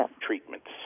treatments